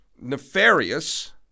nefarious